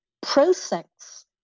pro-sex